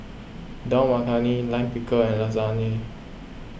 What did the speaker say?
Dal Makhani Lime Pickle and Lasagne